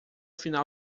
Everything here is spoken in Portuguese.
final